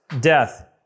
death